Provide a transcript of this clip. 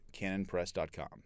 canonpress.com